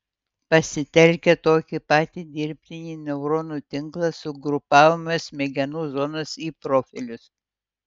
pasitelkę tokį patį dirbtinį neuronų tinklą sugrupavome smegenų zonas į profilius